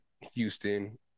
Houston